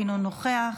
אינו נוכח,